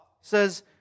says